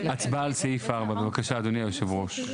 הצבעה על סעיף 4. בבקשה, אדוני היושב ראש.